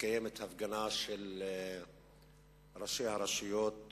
מתקיימת הפגנה של ראשי הרשויות